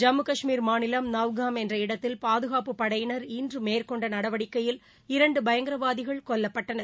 ஜம்மு காஷ்மீர் மாநிலம் படையினர் நவ்காம் என்ற இடத்தில் பாதுகாப்பு இன்றமேற்கொண்டநடவடிக்கையில் இரண்டுபயங்கரவாதிகள் கொல்லப்பட்டனர்